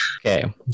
Okay